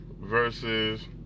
versus